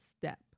step